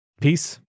Peace